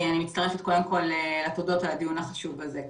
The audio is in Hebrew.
אני מצטרפת קודם כל לתודות על הדיון החשוב הזה.